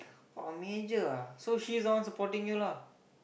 !wah! Major ah so she's the one supporting you lah